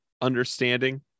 understanding